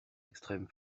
extrêmes